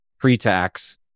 pre-tax